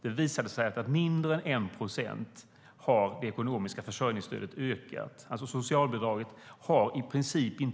Det visade sig att det ekonomiska försörjningsstödet, alltså socialbidraget, har ökat med mindre än 1 procent.